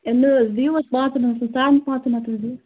أنِو حظ دِیِو حظ پانٛژَن ہَتَن تانۍ پاژَن ہَتَن دِیِو